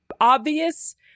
obvious